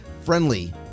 friendly